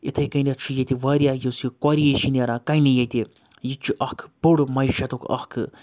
یِتھَے کٔنٮ۪تھ چھُ ییٚتہِ واریاہ یُس یہِ کوری چھِ نیران کَنہِ ییٚتہِ یہِ تہِ چھُ اَکھ بوٚڈ معشتُک اَکھ